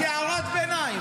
כהערת ביניים.